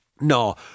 No